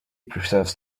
preserves